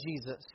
Jesus